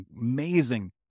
amazing